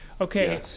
okay